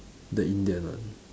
the Indian one